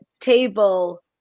table